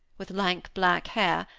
with lank black hair,